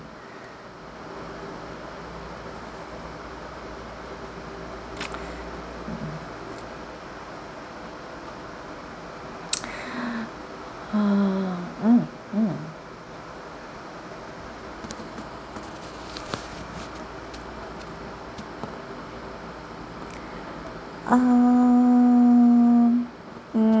mm mm uh